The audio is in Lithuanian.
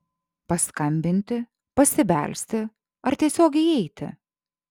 paskambinti pasibelsti ar tiesiog įeiti